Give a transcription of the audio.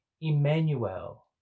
Emmanuel